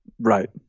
Right